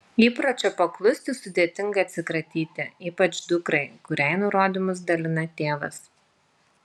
įpročio paklusti sudėtinga atsikratyti ypač dukrai kuriai nurodymus dalina tėvas